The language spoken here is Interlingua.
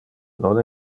non